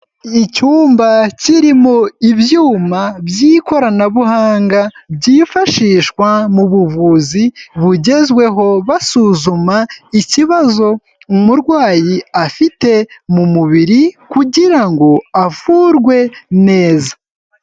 Icyumba kirimo ibyuma by'ikoranabuhanga byifashishwa mu buvuzi bugezweho basuzuma ikibazo umurwayi afite mu mubiri kugira ngo avurwe neza.